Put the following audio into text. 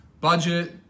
Budget